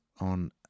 on